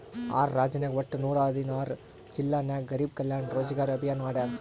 R ರಾಜ್ಯನಾಗ್ ವಟ್ಟ ನೂರಾ ಹದಿನಾರ್ ಜಿಲ್ಲಾ ನಾಗ್ ಗರಿಬ್ ಕಲ್ಯಾಣ ರೋಜಗಾರ್ ಅಭಿಯಾನ್ ಮಾಡ್ಯಾರ್